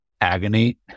agony